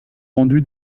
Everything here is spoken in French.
rendu